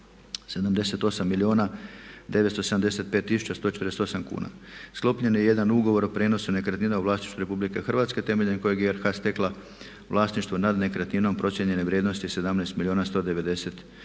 tisuća 148 kuna. Sklopljen je jedan ugovor o prijenosu nekretnina u vlasništvu RH temeljem kojeg je RH stekla vlasništvo nad nekretninom procijenjene vrijednosti 17